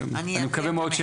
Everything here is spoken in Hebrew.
אז אני אומר